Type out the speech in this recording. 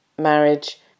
marriage